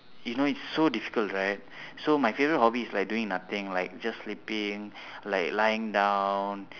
you know it's so difficult right so my favourite hobby is like doing nothing like just sleeping like lying down